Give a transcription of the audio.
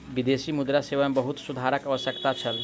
विदेशी मुद्रा सेवा मे बहुत सुधारक आवश्यकता छल